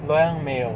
loyang 没有